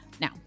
now